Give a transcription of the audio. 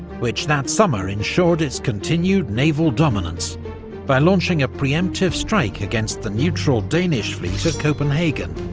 which that summer ensured its continued naval dominance by launching a pre-emptive strike against the neutral danish fleet at copenhagen